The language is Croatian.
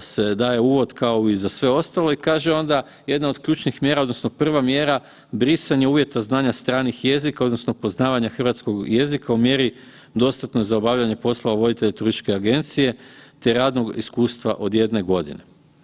se daje uvod kao i za sve ostalo i kaže onda jedna od ključnih mjera odnosno prva mjera brisanje uvjeta znanja stranih jezika odnosno poznavanja hrvatskog jezika u mjeri dostatnoj za obavljanje posla voditelj turističke agencije, te radnog iskustva od 1 godine.